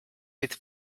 with